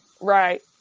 right